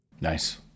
Nice